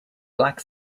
black